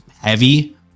heavy